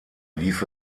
lief